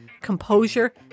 composure